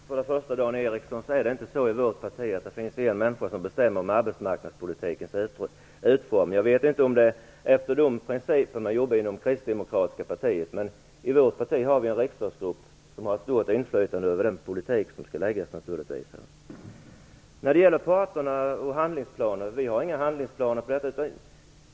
Herr talman! För det första, Dan Ericsson, är det inte så i vårt parti att det finns en människa som bestämmer om arbetsmarknadspolitikens utformning. Jag vet inte om det är efter de principerna som man jobbar inom det kristdemokratiska partiet, men i vårt parti har vi en riksdagsgrupp som har ett stort inflytande över den politik som skall läggas fast. Vi har inga handlingsplaner för detta med arbetsrätten.